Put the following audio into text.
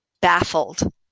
Baffled